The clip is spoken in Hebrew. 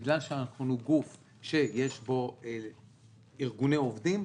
בגלל שאנחנו גוף שיש בו ארגוני עובדים,